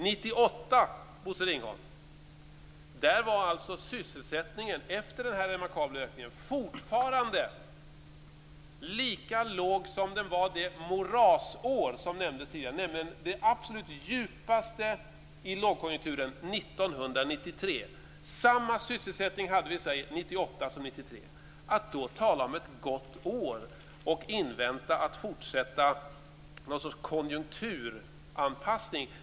1998, Bosse Ringholm, var sysselsättningen, efter den här remarkabla ökningen, fortfarande lika låg som den var det morasår som nämndes tidigare, nämligen det absolut djupaste i lågkonjunkturen, 1993. Vi hade samma sysselsättning i Sverige 1998 som 1993. Man kan då inte tala om ett gott år och invänta någon sorts fortsatt konjunkturanpassning.